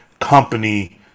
company